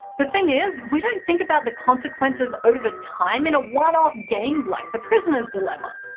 the thing is, we don't think about the consequences over time in a one-off game like the prisoner's dilemma.